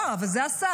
לא, אבל זה השר.